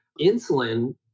insulin